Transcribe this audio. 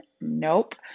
Nope